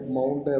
Mount